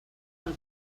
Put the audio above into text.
pel